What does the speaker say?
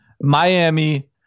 Miami